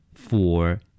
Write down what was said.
Four